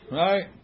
right